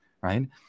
right